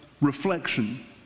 reflection